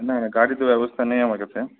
না না গাড়ি তো ব্যবস্থা নেই আমার কাছে